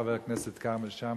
חבר הכנסת כרמל שאמה,